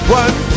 one